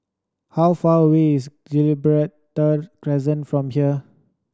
how far away is Gibraltar Crescent from here